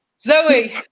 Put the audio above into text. zoe